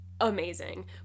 amazing